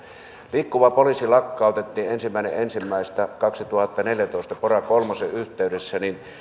liikkuva poliisi lakkautettiin ensimmäinen ensimmäistä kaksituhattaneljätoista pora kolmosen yhteydessä